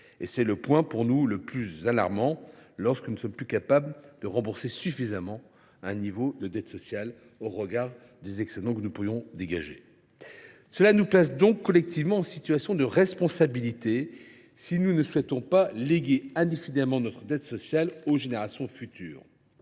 C’est le point pour nous le plus alarmant : nous ne sommes plus capables de rembourser suffisamment au regard des excédents que nous pourrions dégager. Cela nous place donc collectivement en situation de responsabilité si nous ne souhaitons pas léguer indéfiniment notre dette sociale aux générations futures.